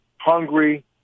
hungry